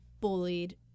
bullied